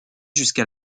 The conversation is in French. jusqu’à